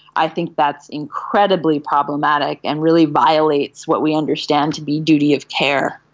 i think that's incredibly problematic and really violates what we understand to be duty of care.